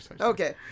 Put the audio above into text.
okay